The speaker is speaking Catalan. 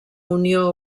unió